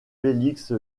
félix